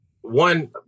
one